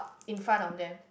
in front of them